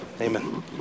Amen